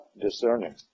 discerning